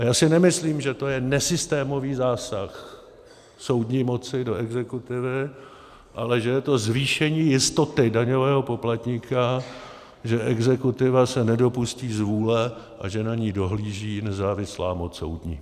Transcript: A já si nemyslím, že to je nesystémový zásah soudní moci do exekutivy, ale že je to zvýšení jistoty daňového poplatníka, že exekutiva se nedopustí zvůle a že na ni dohlíží nezávislá moc soudní.